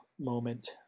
moment